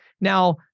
Now